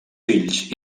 fills